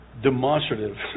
demonstrative